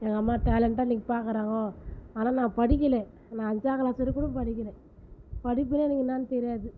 எங்கள்ம்மா டெலேண்ட்டாக இன்றைக்கு பார்க்குறாங்கோ ஆனால் நான் படிக்கலை நான் அஞ்சாம் க்ளாஸு வரைக்கும் கூட படிக்கலை படிப்புனால் எனக்கு என்னான்னு தெரியாது